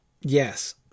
Yes